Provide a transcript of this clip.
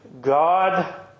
God